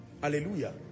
hallelujah